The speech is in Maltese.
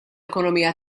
ekonomija